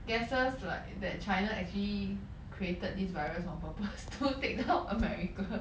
guesses like that China actually created this virus on purpose to take down America